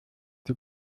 die